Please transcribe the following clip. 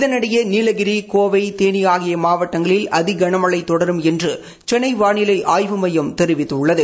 இதனிடையே நீலகிரி கோவை தேனி ஆகிய மாவட்டங்களில் அதி கனமழை தொடரும் என்று சென்னை வானிலை ஆய்வு மையம் தெரிவித்துள்ளது